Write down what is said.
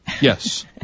Yes